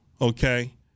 okay